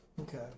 Okay